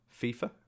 FIFA